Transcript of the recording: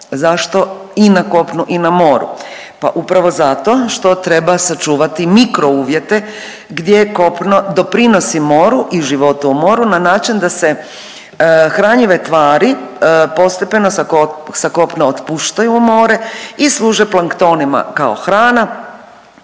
Zašto i na kopnu i na moru? Pa upravo zato što treba sačuvati mikro uvjete gdje kopno doprinosi moru i životu o moru na način da se hranjive tvari postepeno sa kopna otpuštaju u more i služe planktonima kao hrana,